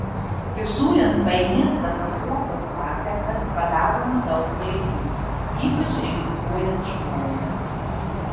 fiksuojant painias katastrofos pasekmes padaroma daug klaidų ypač registruojant žmones